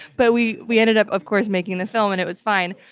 but we we ended up of course making the film and it was fine.